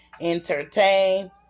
Entertain